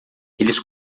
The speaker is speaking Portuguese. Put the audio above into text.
eles